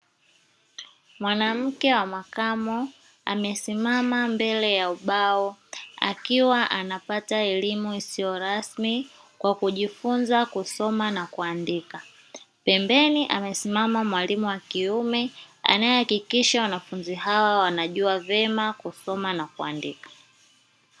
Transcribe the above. Mwanamke wa makamo amesimama mbele ya ubao akiwa anapata elimu isiyo rasmi kwa kujifunza kusoma na kuandika. Pembeni amesimama mwalimu wa kiume anayehakikisha wanafunzi hawa wanajua vyema kusoma na kuandika.